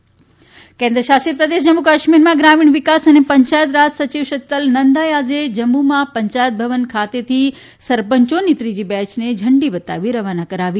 જમ્મુ કાશ્મીર કેન્મશાસિત પ્રદેશ જમ્મુ કાશ્મીરમાં ગ્રામીણ વિકાસ અને પંચાયત રાજ સયિવ શીતલ નંદાએ આજે જમ્મુમાં પંચાયત ભવન ખાતેથી સંરપંચોની ત્રીજી બેચને ઝંડી બતાવી રવાના કરાવી